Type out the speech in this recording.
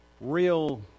real